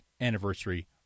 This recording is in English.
anniversary